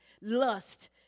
lust